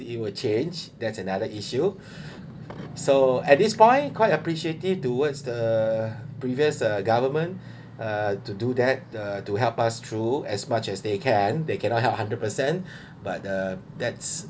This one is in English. it will change that's another issue so at this point quite appreciative towards the previous uh government uh to do that the to help us through as much as they can they cannot help hundred percent but uh that's